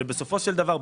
ובסופו של דבר,